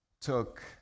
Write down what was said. took